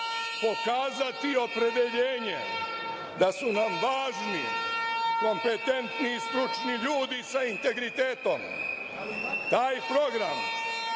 pokazati opredeljenje da su nam važni kompetentni i stručni ljudi sa integritetom. Taj program